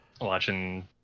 watching